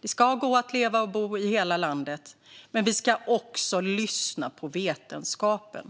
Det ska gå att leva och bo i hela landet. Men vi ska också lyssna på vetenskapen.